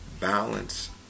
balance